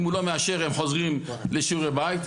אם הוא לא מאשר הם חוזרים לשיעורי בית.